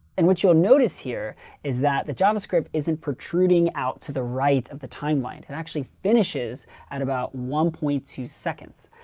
and what you'll notice here is that the javascript isn't protruding out to the right of the timeline. it actually finishes at about one point two seconds.